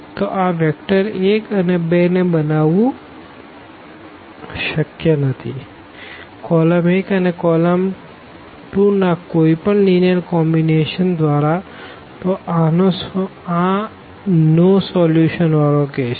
તો આ વેક્ટર 1 અને 2 ને બનાવવું શક્ય નથી કોલમ 1 અને કોલમ 2 ના કોઈ પણ લીનીઅર કોમ્બીનેશન દ્વારા તો આ નો સોલ્યુશન નો કેસ છે